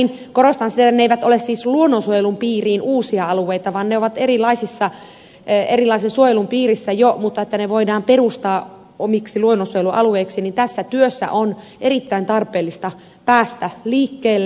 korostan sitä että ne eivät ole siis luonnonsuojelun piiriin uusia alueita vaan ne ovat erilaisen suojelun piirissä jo nyt mutta jotta ne voidaan perustaa omiksi luonnonsuojelualueiksi niin tässä työssä on erittäin tarpeellista päästä liikkeelle